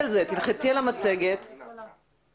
לדחוף ושם אני ממקדת את האנרגיה שלי ואת ההסברה כרגע.